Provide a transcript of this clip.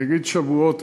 אני אגיד שבועות,